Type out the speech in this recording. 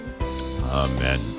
Amen